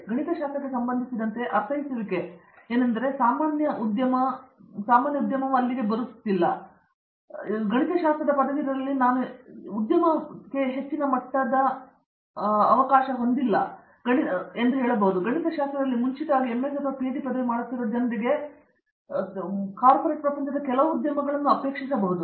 ಗಣಿತಶಾಸ್ತ್ರಕ್ಕೆ ಸಂಬಂಧಿಸಿದಂತೆ ಅರ್ಥೈಸುವಿಕೆಯೆಂದರೆ ಸಾಮಾನ್ಯ ಉದ್ಯಮವು ಅಲ್ಲಿಗೆ ಬರುತ್ತಿದೆ ಗಣಿತಶಾಸ್ತ್ರದ ಪದವೀಧರರಲ್ಲಿ ನಾನು ಯಾವ ಉದ್ಯಮಕ್ಕೆ ಹೆಚ್ಚಿನ ಮಟ್ಟವನ್ನು ಹೊಂದಿದ್ದೇನೆಂದರೆ ಗಣಿತಶಾಸ್ತ್ರದಲ್ಲಿ ಮುಂಚಿತವಾಗಿ MS ಅಥವಾ PhD ಪದವಿ ಮಾಡುತ್ತಿರುವ ಜನರಿಗೆ ಕಾರ್ಪೋರೆಟ್ ಪ್ರಪಂಚದ ಕೆಲವು ಉದ್ಯಮವನ್ನು ಅಪೇಕ್ಷಿಸಬಹುದು